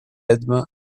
edme